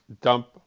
dump